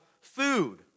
food